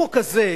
החוק הזה,